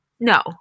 No